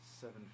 seven